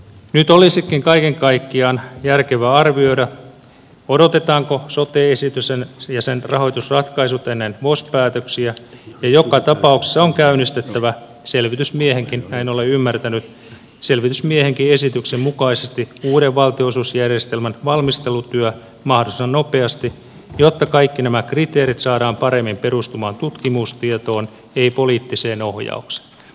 nyt olisikin kaiken kaikkiaan järkevää arvioida odotetaanko sote esitys ja sen rahoitusratkaisut ennen vos päätöksiä ja joka tapauksessa on käynnistettävä näin olen ymmärtänyt selvitysmiehenkin esityksen mukaisesti uuden valtion osuusjärjestelmän valmistelutyö mahdollisimman nopeasti jotta kaikki nämä kriteerit saadaan paremmin perustumaan tutkimustietoon ei poliittiseen ohjaukseen